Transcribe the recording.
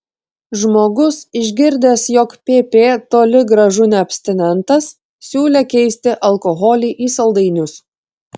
žmogus išgirdęs jog pp toli gražu ne abstinentas siūlė keisti alkoholį į saldainius